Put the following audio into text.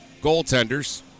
goaltenders